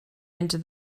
into